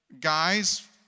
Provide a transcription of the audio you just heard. guys